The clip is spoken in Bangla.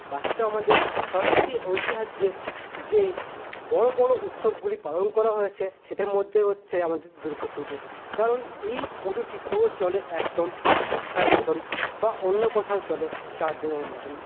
বাকি তো আমাদের সংস্কৃতি ঐতিহ্যের যে বড়ো বড়ো উৎসবগুলি পালন করা হয়েছে সেটার মধ্যে হচ্ছে আমাদের দুর্গা পুজো কারণ এই পুজোটি পুরো চলে একদম এক সপ্তাহর মতন বা অন্য কোথাও চলে চারদিনের মতন